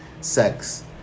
sex